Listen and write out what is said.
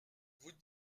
vous